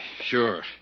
sure